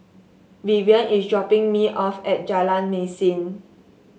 Vivien is dropping me off at Jalan Mesin